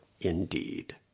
indeed